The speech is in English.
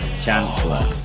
chancellor